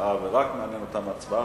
להצבעה ורק מעניינת אותם ההצבעה,